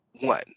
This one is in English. One